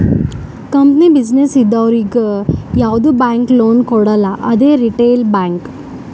company, business ಇದ್ದವರಿಗ್ ಯಾವ್ದು bank loan ಕೊಡಲ್ಲ ಅದೇ ರಿಟೇಲ್ ಬ್ಯಾಂಕ್